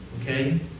Okay